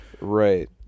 right